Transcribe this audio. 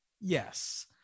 Yes